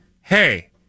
hey